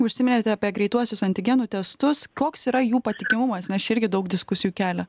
užsiminėte apie greituosius antigenų testus koks yra jų patikimumas nes čia irgi daug diskusijų kelia